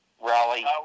rally